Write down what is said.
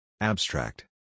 Abstract